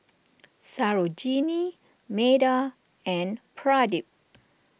Sarojini Medha and Pradip